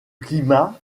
climat